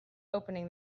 opening